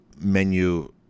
menu